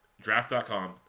Draft.com